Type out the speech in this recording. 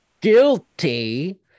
Guilty